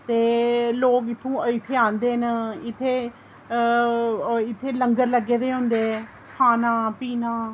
ते लोक इत्थें आंदे न ते इत्थें ओह् इत्थें लंगर लग्गे दे होंदे खाना पीना